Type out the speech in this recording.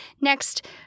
next